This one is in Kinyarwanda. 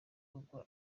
kuko